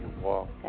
walk